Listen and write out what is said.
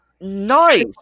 Nice